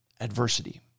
adversity